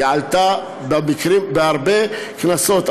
היא עלתה בהרבה כנסות,